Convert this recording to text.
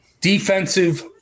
defensive